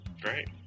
Great